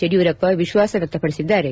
ಯಡಿಯೂರಪ್ಪ ವಿಶ್ವಾಸ ವ್ಯಕ್ತಪಡಿಸಿದ್ದಾರೆ